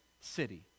city